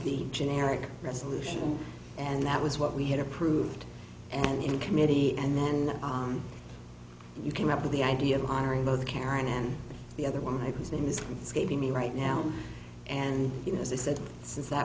the generic resolution and that was what we had approved and in committee and then you came up with the idea of hiring both karen and the other one is in this is giving me right now and you know as i said since that